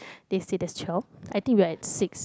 they say there's twelve I think we are at six